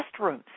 restrooms